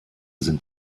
sind